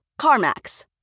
CarMax